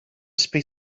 speak